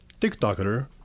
TikToker